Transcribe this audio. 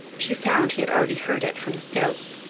she found he had already heard it from the scouts.